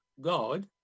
God